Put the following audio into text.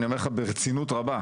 אני אומר לך ברצינות רבה.